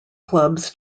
clubs